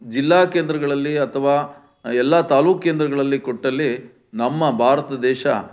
ಜಿಲ್ಲಾ ಕೇಂದ್ರಗಳಲ್ಲಿ ಅಥವಾ ಎಲ್ಲ ತಾಲೂಕು ಕೇಂದ್ರಗಳಲ್ಲಿ ಕೊಟ್ಟಲ್ಲಿ ನಮ್ಮ ಭಾರತ ದೇಶ